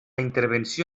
intervenció